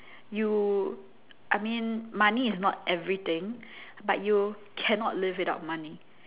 you I mean money is not everything but you cannot live without money